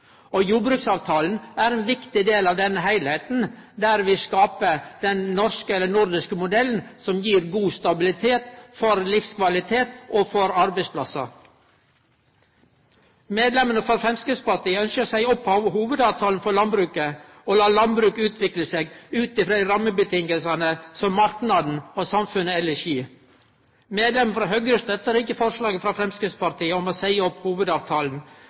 Og jordbruksavtalen er ein viktig del av den heilskapen: den norske, eller nordiske, modellen, som gir god stabilitet for livskvalitet og for arbeidsplassar. Medlemmene frå Framstegspartiet ønskjer å seie opp hovudavtalen for landbruket og la landbruket utvikle seg ut frå dei rammevilkåra som marknaden og samfunnet elles gir. Medlemmene frå Høgre støttar ikkje forslaget frå Framstegspartiet om å seie opp hovudavtalen,